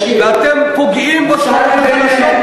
ואתם פוגעים בשכבות החלשות.